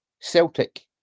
Celtic